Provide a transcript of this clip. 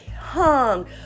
Hung